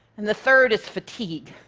and the third is fatigue.